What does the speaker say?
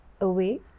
away